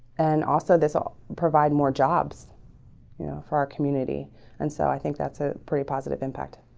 and also this all provide more jobs you know for our community and so i think that's a pretty positive impact.